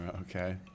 Okay